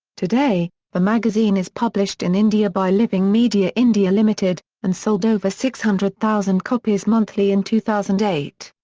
today, the magazine is published in india by living media india ltd, and sold over six hundred thousand copies monthly in two thousand and eight.